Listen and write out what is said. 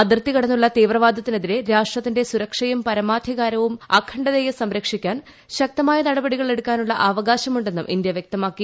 അതിർത്തി കടന്നുള്ള തീവ്രവാദത്തിനെതിരെ രാഷ്ട്രത്തിന്റെ സുരക്ഷയും പരമാധികാരവും അഖണ്ഡതയും സംരക്ഷിക്കാൻ ശക്തമായ നടപടികൾ എടുക്കാനുള്ള അവകാശമുണ്ടെന്നും ഇന്ത്യ വൃക്തമാക്കി